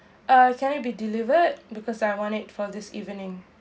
uh can it be delivered because I wanted for this evening